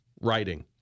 writing